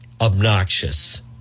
obnoxious